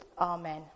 Amen